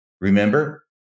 Remember